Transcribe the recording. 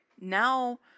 now